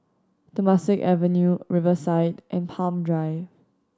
Temasek Avenue Riverside and Palm Drive